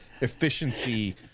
efficiency